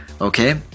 Okay